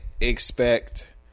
expect